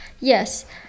Yes